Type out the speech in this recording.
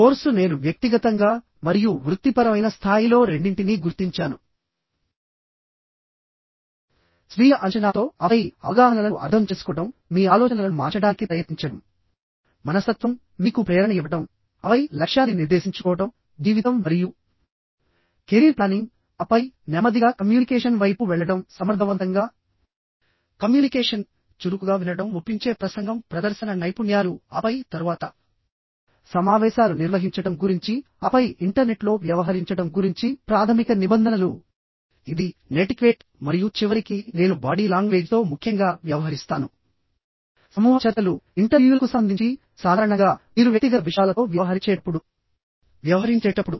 course నేను వ్యక్తిగతంగా మరియు వృత్తిపరమైన స్థాయిలో రెండింటినీ గుర్తించాను స్వీయ అంచనాతో ఆపై అవగాహనలను అర్థం చేసుకోవడం మీ ఆలోచనలను మార్చడానికి ప్రయత్నించడం మనస్తత్వం మీకు ప్రేరణ గురించి ఏదైనా ఇవ్వడం ఆపై లక్ష్యాన్ని నిర్దేశించుకోవడం జీవితం మరియు కెరీర్ ప్లానింగ్ ఆపై నెమ్మదిగా కమ్యూనికేషన్ వైపు వెళ్లడం సమర్థవంతంగా కమ్యూనికేషన్ చురుకుగా వినడం ఒప్పించే ప్రసంగంప్రదర్శన నైపుణ్యాలుఆపైతరువాత సమావేశాలు నిర్వహించడం గురించి ఆపై ఇంటర్నెట్లో వ్యవహరించడం గురించి ప్రాథమిక నిబంధనలు ఇది నెటిక్వేట్ మరియు చివరికి నేను బాడీ లాంగ్వేజ్తో ముఖ్యంగా వ్యవహరిస్తాను సమూహ చర్చలు మరియు ఇంటర్వ్యూలకు సంబంధించి మరియు సాధారణంగా మీరు వ్యక్తిగత విషయాలతో వ్యవహరించేటప్పుడు మరియు పరస్పర వ్యక్తిగత సంబంధాలను వ్యవహరించేటప్పుడు